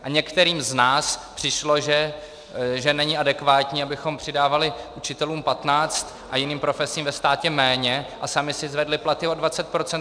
A některým z nás přišlo, že není adekvátní, abychom přidávali učitelům 15 a jiným profesím ve státě méně, a sami si zvedli platy o 20 %.